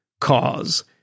cause